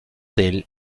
del